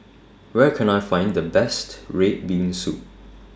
Where Can I Find The Best Red Bean Soup